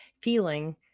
feeling